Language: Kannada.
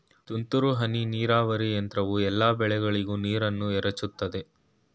ತುಂತುರು ಹನಿ ನೀರಾವರಿ ಯಂತ್ರವು ಎಲ್ಲಾ ಬೆಳೆಗಳಿಗೂ ನೀರನ್ನ ಎರಚುತದೆ